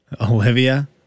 Olivia